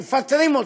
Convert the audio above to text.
מפטרים אותם.